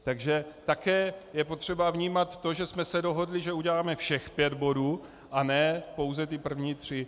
Takže také je potřeba vnímat to, že jsme se dohodli, že uděláme všech pět bodů, a ne pouze ty první tři.